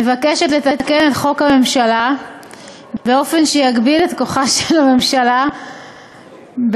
מבקשת לתקן את חוק הממשלה באופן שיגביל את כוחה של הממשלה בפועלה,